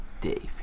Dave